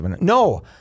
No